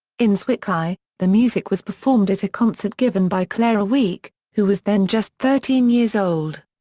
in zwickau, the music was performed at a concert given by clara wieck, who was then just thirteen years old.